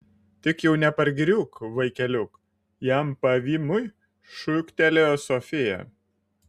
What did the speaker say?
tik jau nepargriūk vaikeliuk jam pavymui šūktelėjo sofija